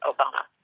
Obama